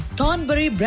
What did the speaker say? Thornbury